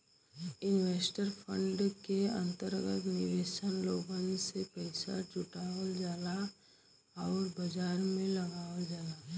investment fund के अंतर्गत निवेशक लोगन से पइसा जुटावल जाला आउर बाजार में लगावल जाला